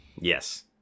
yes